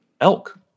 elk